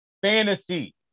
fantasy